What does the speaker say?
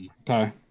Okay